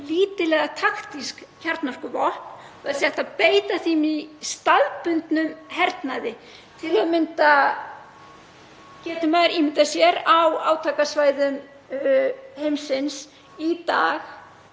lítil og taktísk kjarnorkuvopn og að hægt sé að beita þeim í staðbundnum hernaði, til að mynda, getur maður ímyndað sér, á átakasvæðum heimsins í dag.